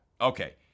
Okay